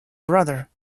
brother